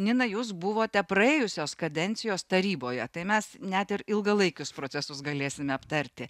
nina jūs buvote praėjusios kadencijos taryboje tai mes net ir ilgalaikius procesus galėsime aptarti